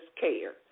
care